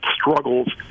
struggles